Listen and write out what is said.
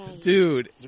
Dude